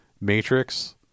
matrix